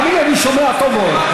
אתה אומר, תאמין לי, אני שומע טוב מאוד.